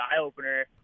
eye-opener